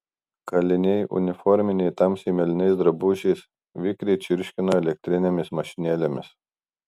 kaliniai uniforminiais tamsiai mėlynais drabužiais vikriai čirškino elektrinėmis mašinėlėmis